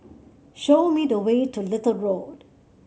show me the way to Little Road